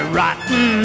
rotten